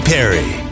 Perry